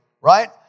right